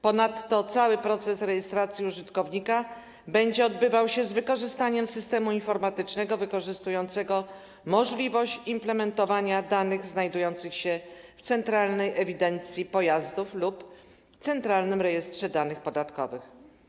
Ponadto cały proces rejestracji użytkownika będzie się odbywał z wykorzystaniem systemu informatycznego wykorzystującego możliwość implementowania danych znajdujących się w centralnej ewidencji pojazdów lub Centralnym Rejestrze Danych Podatkowych.